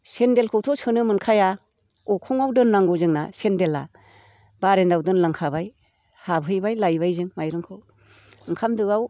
सेन्डेलखौथ' सोनो मोनखाया अखङाव दोननांगौ जोंना सेन्डेला बारान्दायाव दोनलांखाबाय हाबहैबाय लायबाय जों माइरंखौ ओंखाम दोआव